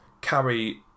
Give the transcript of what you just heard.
carry